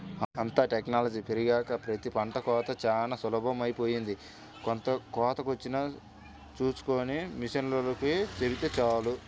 అంతా టెక్నాలజీ పెరిగినాక ప్రతి పంట కోతా చానా సులభమైపొయ్యింది, కోతకొచ్చింది చూస్కొని మిషనోల్లకి చెబితే చాలు